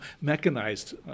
mechanized